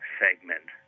segment